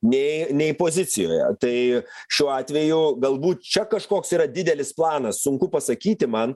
nei nei pozicijoje tai šiuo atveju galbūt čia kažkoks yra didelis planas sunku pasakyti man